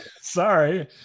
Sorry